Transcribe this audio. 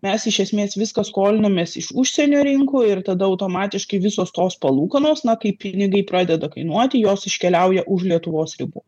mes iš esmės viską skolinamės iš užsienio rinkų ir tada automatiškai visos tos palūkanos na kai pinigai pradeda kainuoti jos iškeliauja už lietuvos ribų